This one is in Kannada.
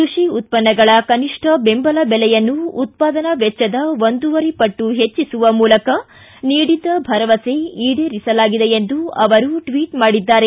ಕೃಷಿ ಉತ್ಪನ್ನಗಳ ಕನಿಷ್ಠ ಬೆಂಬಲ ಬೆಲೆಯನ್ನು ಉತ್ಪಾದನಾ ವೆಚ್ವದ ಒಂದೂವರೆ ಪಟ್ಟು ಹೆಚ್ವಿಸುವ ಮೂಲಕ ನೀಡಿದ್ದ ಭರವಸೆ ಈಡೇರಿಸಲಾಗಿದೆ ಎಂದು ಅವರು ಟ್ವೀಟ್ ಮಾಡಿದ್ದಾರೆ